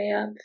up